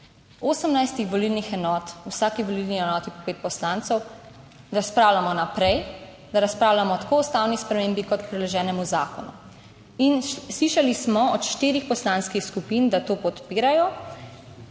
18 volilnih enot, v vsaki volilni enoti pet poslancev, razpravljamo naprej, da razpravljamo tako o ustavni spremembi kot predloženemu zakonu. In slišali smo od štirih poslanskih skupin, da to podpirajo,